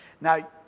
Now